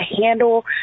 handle